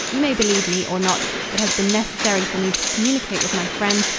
you may believe me or not. it has been necessary for me to communicate with my friends,